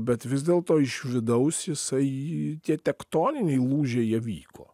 bet vis dėlto iš vidaus jisai tie tektoniniai lūžiai jie vyko